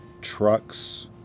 trucks